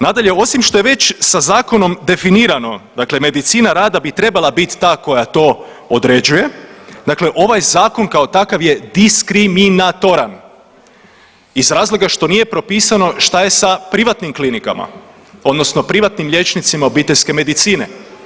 Nadalje, osim što je već sa zakonom definirano, dakle medicina rada bi trebala biti ta koja to određuje, dakle ovaj zakon kao takav je diskriminatoran iz razloga što nije propisano šta je sa privatnim klinikama odnosno privatnim liječnicima obiteljske medicine.